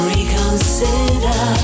Reconsider